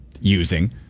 using